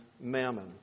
mammon